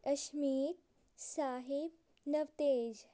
Ashmeet Sahib Navtej